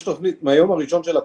מהיום הראשון של הקורונה.